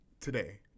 Today